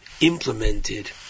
implemented